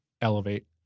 elevate